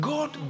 God